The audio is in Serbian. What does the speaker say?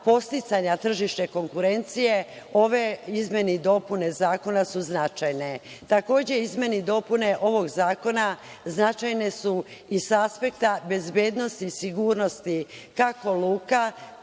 podsticanja tržišne konkurencije ove izmene i dopune zakona su značajne. Takođe, izmene i dopune ovog zakona značajne su i sa aspekta bezbednosti i sigurnosti kako luka,